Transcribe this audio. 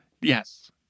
Yes